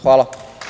Hvala.